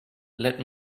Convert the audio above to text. let